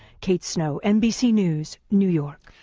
kate snow, nbc news, new york.